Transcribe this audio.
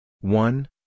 one